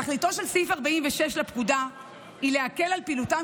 תכליתו של סעיף 46 לפקודה היא להקל על פעילותם